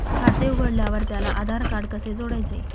खाते उघडल्यावर त्याला आधारकार्ड कसे जोडायचे?